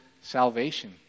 salvation